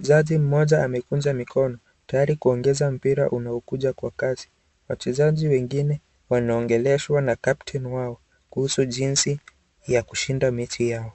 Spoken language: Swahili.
Jaji mmoja amekunja mikono tayari kuongeza mpira unaokuja kwa kasi. Wachezaji wengine wanaongeleshwa na kapteni wao kuhusu jinsi ya kushinda mechi yao.